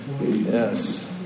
Yes